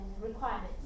requirements